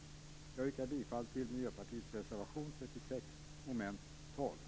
Jag yrkar bifall till Miljöpartiets reservation 36